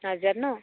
ন